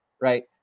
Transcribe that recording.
right